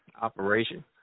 operation